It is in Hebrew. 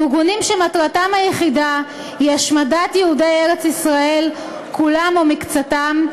ארגונים שמטרתם היחידה היא השמדת יהודי ארץ-ישראל כולם או מקצתם,